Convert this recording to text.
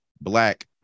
black